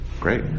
Great